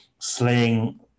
slaying